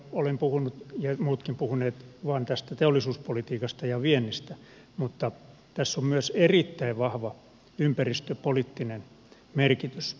täällä olen puhunut ja muutkin ovat puhuneet vain tästä teollisuuspolitiikasta ja viennistä mutta tässä on myös erittäin vahva ympäristöpoliittinen merkitys